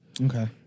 Okay